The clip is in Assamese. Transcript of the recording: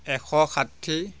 এশ ষাঠি